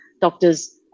doctors